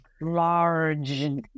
large